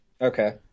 Okay